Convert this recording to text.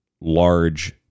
large